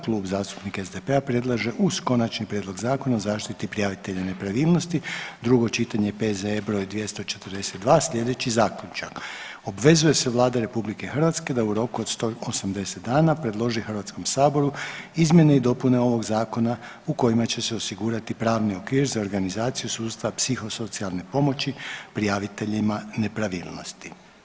Klub zastupnika SDP-a predlaže uz Konačni prijedlog Zakona o zaštiti prijavitelja nepravilnosti, drugo čitanje, P.Z.E. br. 242. sljedeći zaključak: Obvezuje se Vlada Republike Hrvatske da u roku od 180 dana predloži Hrvatskom saboru izmjene i dopune ovog zakona u kojima će se osigurati pravni okvir za organizaciju sustava psihosocijalne pomoći prijaviteljima nepravilnosti.